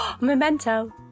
Memento